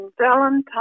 Valentine